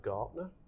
Gartner